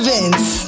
Vince